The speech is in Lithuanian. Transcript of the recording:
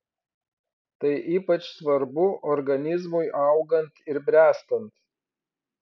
tai ypač svarbu organizmui augant ir bręstant